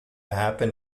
happen